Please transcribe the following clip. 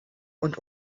und